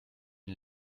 den